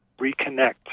Reconnect